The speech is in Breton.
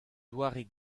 doare